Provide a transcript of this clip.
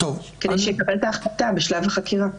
כדי שיקבל את ההחלטה בשלב החקירה.